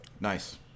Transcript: Nice